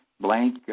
blank